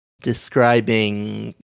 describing